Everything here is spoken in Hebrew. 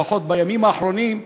לפחות בימים האחרונים,